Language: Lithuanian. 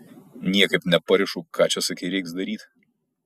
niekaip neparišu ką čia sakei reiks daryt